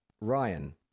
ryan